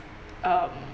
um